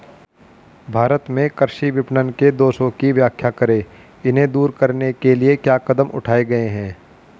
भारत में कृषि विपणन के दोषों की व्याख्या करें इन्हें दूर करने के लिए क्या कदम उठाए गए हैं?